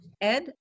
Ed